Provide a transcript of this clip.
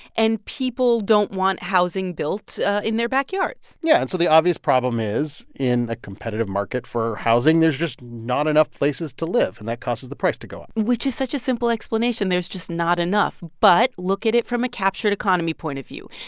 and people don't want housing built in their backyards yeah. and so the obvious problem is in a competitive market for housing, there's just not enough places to live. and that causes the price to go up which is such a simple explanation there's just not enough. but look at it from a captured economy point of view.